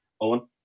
Owen